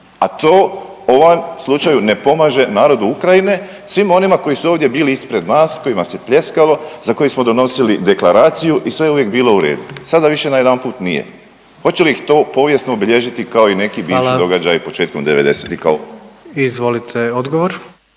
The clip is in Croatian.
a to ovan slučaju ne pomaže narodu Ukrajine, svim onima koji su ovdje bili ispred nas, kojima se pljeskalo, za koje smo donosili deklaraciju i sve je uvijek bilo u redu. Sada više najedanput nije. Hoće li ih to povijesno obilježiti kao i neki bivši .../Upadica: Hvala./... događaji